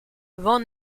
van